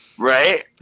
Right